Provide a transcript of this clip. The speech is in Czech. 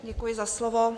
Děkuji za slovo.